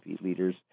leaders